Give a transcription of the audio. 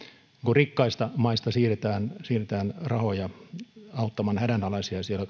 rikkaista maista siirretään rahoja auttamaan hädänalaisia siellä kauempana